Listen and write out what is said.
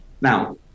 Now